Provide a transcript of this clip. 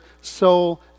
soul